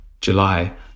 july